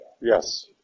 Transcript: Yes